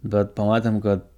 bet pamatėm kad